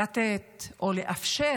לתת או לאפשר,